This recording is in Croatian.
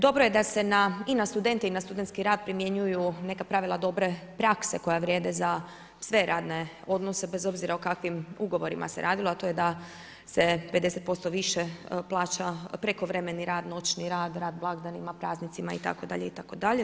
Dobro je da se na i na studente i na studentski rad primjenjuju neka pravila dobre prakse koja vrijede za sve radne odnose bez obzira o kakvim ugovorima se radilo, a to je da se 50% više plaća prekovremeni rad, noći rad, rad blagdanima, praznicima, itd., itd.